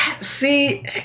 See